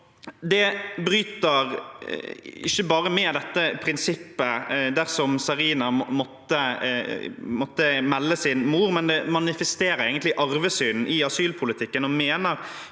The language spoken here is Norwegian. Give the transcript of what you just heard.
Det bryter ikke bare med dette prinsippet dersom Zarina måtte melde sin mor, men det manifesterer egentlig arvesynden i asylpolitikken. Mener